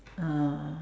uh